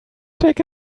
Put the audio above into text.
take